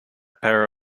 pair